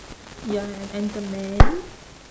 ya a~ and the man